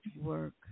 work